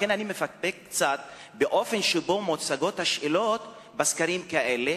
לכן אני מפקפק קצת באופן שבו מוצגות השאלות בסקרים כאלה,